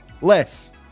Less